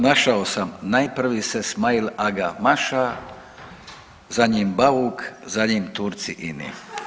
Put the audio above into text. Našao sam najprivi se Smail aga maša, za njim Bauk, za njim Turci ini.